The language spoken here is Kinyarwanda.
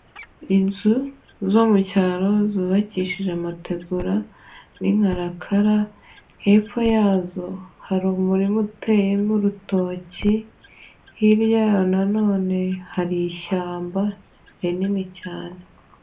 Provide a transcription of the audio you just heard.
Inzu zo mu cyaro zubakishije amategura y'inkarakara, hepfo yazo hari umurima uteyemo urutoki, hirya yaho nanone hari ishyamba rinini cyane.